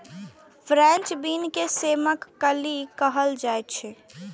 French bean के सेमक फली कहल जाइ छै